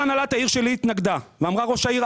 הוא ישב איתי כשכל הנהלת העיר שלי התנגדה ואמרה לי: ראש העיר,